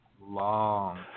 long